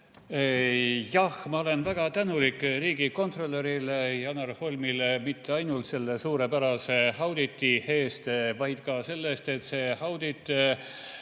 Ma olen väga tänulik riigikontrolör Janar Holmile, ja mitte ainult selle suurepärase auditi eest, vaid ka selle eest, et see audit